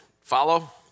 follow